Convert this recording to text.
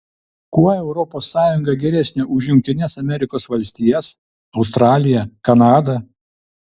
kuo europos sąjunga geresnė už jungtines amerikos valstijas australiją kanadą